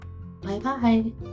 Bye-bye